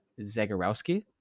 Zagorowski